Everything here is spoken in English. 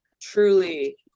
truly